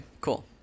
cool